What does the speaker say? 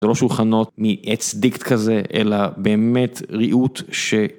זה לא שולחנות מעץ דיקט כזה, אלא באמת ריהוט ש...